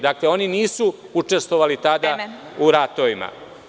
Dakle, oni nisu učestvovali tada u ratovima.